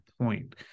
point